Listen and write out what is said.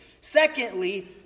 Secondly